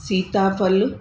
सीता फ़ल